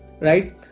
right